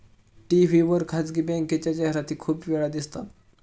TV वर खासगी बँकेच्या जाहिराती खूप वेळा दिसतात